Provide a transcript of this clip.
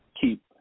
keep